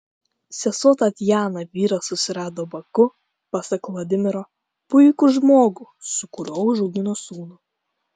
sesuo tatjana vyrą susirado baku pasak vladimiro puikų žmogų su kuriuo užaugino sūnų